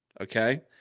Okay